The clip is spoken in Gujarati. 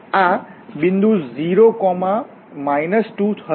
તેથી આ બિંદુ 0 2 હશે